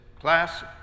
Class